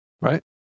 right